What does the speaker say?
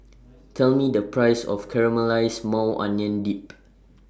Tell Me The Price of Caramelized Maui Onion Dip